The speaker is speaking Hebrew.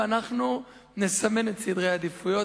ואנחנו נסמן את סדרי העדיפויות.